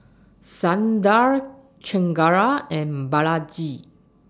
Sundar Chengara and Balaji